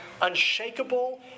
unshakable